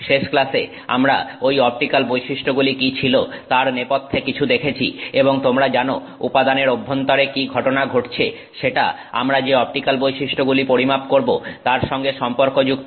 শেষ ক্লাসে আমরা ঐ অপটিক্যাল বৈশিষ্ট্যগুলি কী ছিল তার নেপথ্যে কিছু দেখেছি এবং তোমরা জানো উপাদানের অভ্যন্তরে কি ঘটনা ঘটছে সেটা আমরা যে অপটিক্যাল বৈশিষ্ট্যগুলি পরিমাপ করবো তার সঙ্গে সম্পর্কযুক্ত